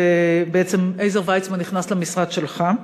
בעצם עזר ויצמן נכנס למשרד שלך,